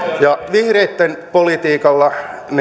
vihreitten politiikalla